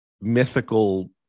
mythical